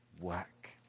work